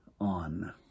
on